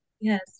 yes